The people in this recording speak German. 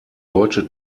deutsche